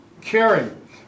caring